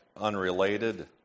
unrelated